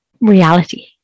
reality